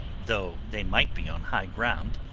though they might be on high ground,